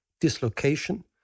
dislocation